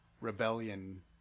rebellion